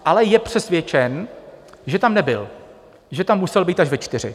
Ale je přesvědčen, že tam nebyl a že tam musel být až ve čtyři.